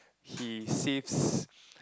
he saves